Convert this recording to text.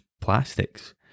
plastics